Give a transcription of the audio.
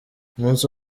umunsi